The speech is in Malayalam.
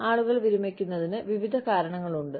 ആളുകൾ വിരമിക്കുന്നതിന് വിവിധ കാരണങ്ങളുണ്ട്